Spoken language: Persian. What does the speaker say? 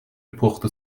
پخت